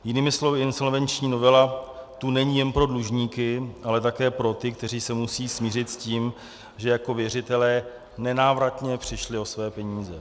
Jinými slovy insolvenční novela tu není jen pro dlužníky, ale také pro ty, kteří se musí smířit s tím, že jako věřitelé nenávratně přišli o své peníze.